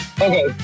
Okay